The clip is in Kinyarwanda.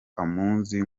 amuzi